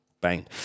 Bang